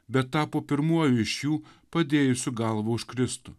bet tapo pirmuoju iš jų padėjusių galvą už kristų